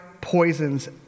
poisons